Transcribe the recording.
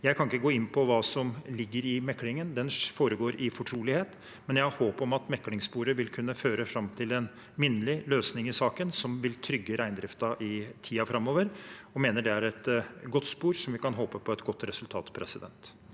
Jeg kan ikke gå inn på hva som ligger i meklingen, den foregår i fortrolighet, men jeg har håp om at meklingssporet vil kunne føre fram til en minnelig løsning i saken som vil trygge reindriften i tiden framover, og jeg mener det er et godt spor der vi kan håpe på et godt resultat. Hege